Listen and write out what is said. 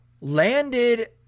landed